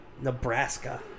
Nebraska